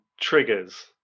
triggers